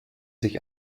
sich